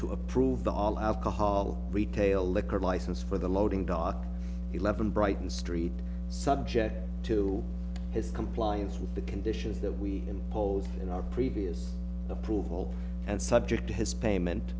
to approve all alcohol retail liquor license for the loading dock eleven brighton street subject to his compliance with the conditions that we in both in our previous approval and subject to his payment